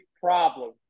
problem